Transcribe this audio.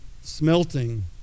smelting